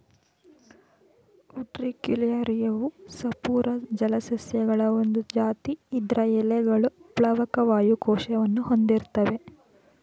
ಉಟ್ರಿಕ್ಯುಲಾರಿಯವು ಸಪೂರ ಜಲಸಸ್ಯಗಳ ಒಂದ್ ಜಾತಿ ಇದ್ರ ಎಲೆಗಳು ಪ್ಲಾವಕ ವಾಯು ಕೋಶವನ್ನು ಹೊಂದಿರ್ತ್ತವೆ